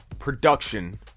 production